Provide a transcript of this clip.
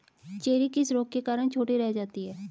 Cherry किस रोग के कारण छोटी रह जाती है?